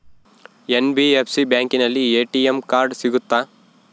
NBFC ಬ್ಯಾಂಕಿನಲ್ಲಿ ATM card ಸಿಗುತ್ತಾ?